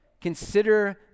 Consider